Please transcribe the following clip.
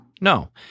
No